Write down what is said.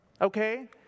okay